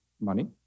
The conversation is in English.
money